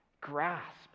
grasp